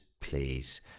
please